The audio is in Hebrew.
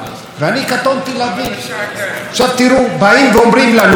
היום בבוקר אני שומע את השר שטייניץ בא ואומר: חבר'ה,